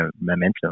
momentum